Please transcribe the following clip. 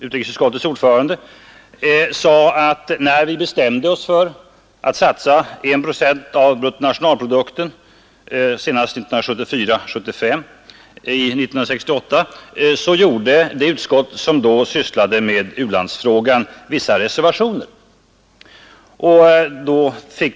Utrikesutskottets ordförande sade att när vi 1968 bestämde oss för att satsa I procent av bruttonationalprodukten senast 1974/75, så gjorde det utskott som då sysslade med u-landsfrågan vissa förbehåll.